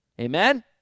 Amen